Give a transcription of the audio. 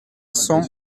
cents